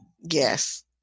Yes